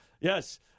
Yes